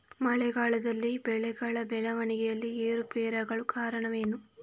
ಮಳೆಗಾಲದಲ್ಲಿ ಬೆಳೆಗಳ ಬೆಳವಣಿಗೆಯಲ್ಲಿ ಏರುಪೇರಾಗಲು ಕಾರಣವೇನು?